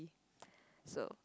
so